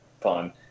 fun